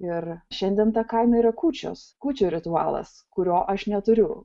ir šiandien ta kaina yra kūčios kūčių ritualas kurio aš neturiu